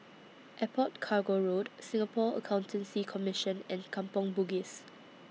Airport Cargo Road Singapore Accountancy Commission and Kampong Bugis